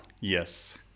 Yes